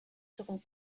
seront